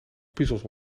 puzzels